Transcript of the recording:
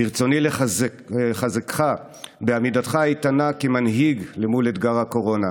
ברצוני לחזקך בעמידתך האיתנה כמנהיג למול אתגר הקורונה.